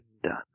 done